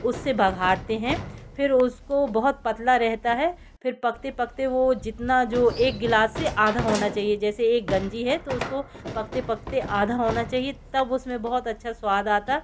उससे बघारते हैं फिर उसको बहुत पतला रहता है फिर पकते पकते वो जितना जो एक गिलास से आधा होना चाहिए जैसे एक गंजी है तो उसको पकते पकते आधा होना चाहिए तब उस में बहुत अच्छा स्वाद आता है